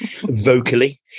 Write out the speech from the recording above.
vocally